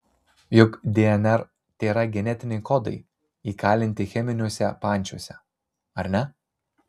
juk dnr tėra genetiniai kodai įkalinti cheminiuose pančiuose ar ne